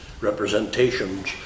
representations